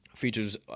Features